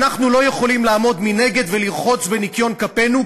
אנחנו לא יכולים לעמוד מנגד ולרחוץ בניקיון כפינו,